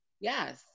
yes